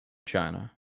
china